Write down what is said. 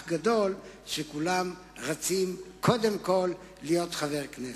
גדול שכולם רצים קודם כול להיות חבר הכנסת.